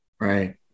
Right